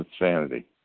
insanity